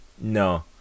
no